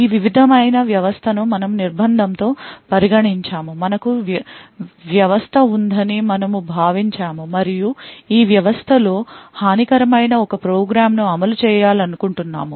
ఈ విధమైన వ్యవస్థను మనము నిర్బంధం తో పరిగణించాము మనకు వ్యవస్థ ఉందని మనము భావించాము మరియు ఈ వ్యవస్థలో హానికరమైన ఒక ప్రోగ్రామ్ను అమలు చేయాలనుకుంటున్నాము